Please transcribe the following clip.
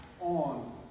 on